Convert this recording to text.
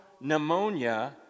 pneumonia